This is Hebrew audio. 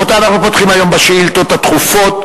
רבותי, אנחנו פותחים היום בשאילתות הדחופות.